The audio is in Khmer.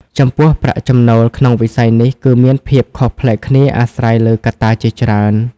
ចំពោះ ប្រាក់ចំណូល ក្នុងវិស័យនេះ គឺមានភាពខុសប្លែកគ្នាអាស្រ័យលើកត្តាជាច្រើន។